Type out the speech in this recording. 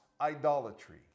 idolatry